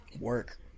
work